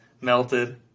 melted